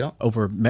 over